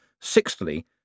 sixthly